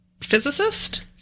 physicist